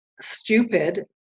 stupid